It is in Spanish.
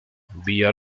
villa